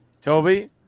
Toby